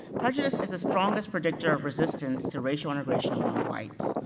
prejudice is the strongest predictor of resistance to racial integration among whites,